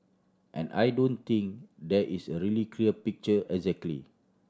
and I don't think there is a really clear picture exactly